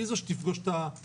היא זאת שתפגוש את הילדים.